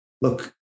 Look